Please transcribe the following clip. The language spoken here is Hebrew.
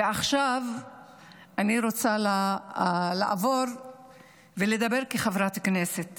ועכשיו אני רוצה לעבור ולדבר כחברת כנסת